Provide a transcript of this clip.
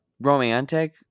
romantic